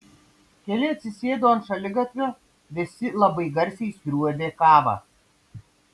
keli atsisėdo ant šaligatvio visi labai garsiai sriuobė kavą